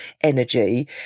energy